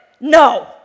No